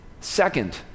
second